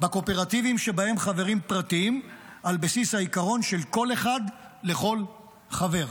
בקואופרטיבים שבהם חברים פרטיים על בסיס העיקרון של קול אחד לכל חבר.